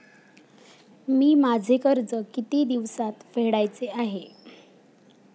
मी माझे कर्ज किती दिवसांत फेडायचे आहे?